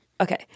Okay